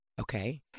Okay